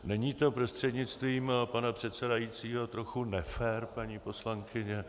Není to, prostřednictvím pana předsedajícího, trochu nefér, paní poslankyně?